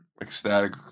Ecstatic